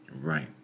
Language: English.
Right